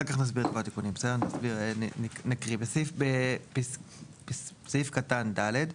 בסעיף קטן (ד),